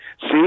See